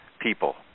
people